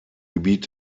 gebiet